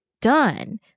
done